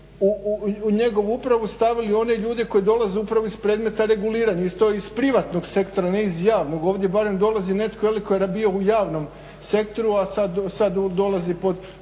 u njegovu upravu stavili one ljude koji dolaze upravo iz predmeta reguliranja. I to iz privatnog sektora, ne iz javnog. Ovdje barem dolazi netko tko je bio u javnom sektoru, a sad dolazi pod